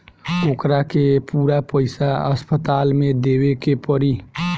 ओकरा के पूरा पईसा अस्पताल के देवे के पड़ी